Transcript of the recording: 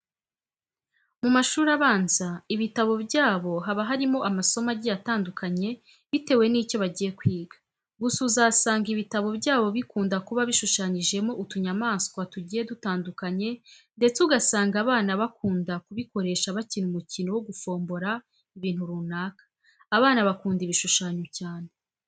Mu mashuri abanza, ibitabo byabo haba harimo amasomo agiye atandukanye bietewe n'icyo bagiye kwiga. Gusa uzasanga ibitabo byabo bikunda kuba bishushanyijemo utunyamaswa tugiye dutandukanye ndetse ugasanga abana bakunda kubikoresha bakina umukino wo gufombora ibintu runaka. Abana bakunda ibishushanyo cyane.